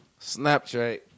Snapchat